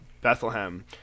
Bethlehem